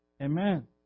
Amen